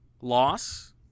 loss